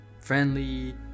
friendly